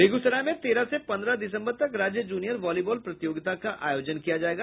बेगूसराय में तेरह से पन्द्रह दिसम्बर तक राज्य जूनियर वालीबॉल प्रतियोगिता का आयोजन किया जायेगा